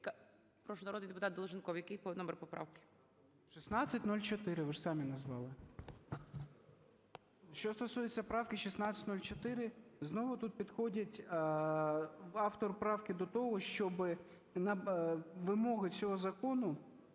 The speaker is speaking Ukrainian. Прошу, народний депутатДолженков, який номер поправки? 12:54:05 ДОЛЖЕНКОВ О.В. 1604, ви ж самі назвали. Що стосується правки 1604, знову тут підходить автор правки до того, щоби на вимоги цього закону,